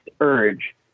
urge